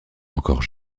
encore